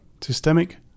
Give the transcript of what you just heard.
systemic